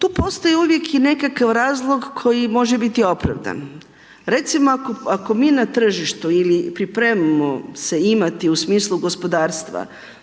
Tu postoji uvijek i nekakav razlog koji može biti opravdan. Recimo ako mi na tržištu ili pripremamo se imati u smislu gospodarstva,